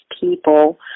people